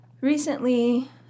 Recently